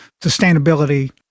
sustainability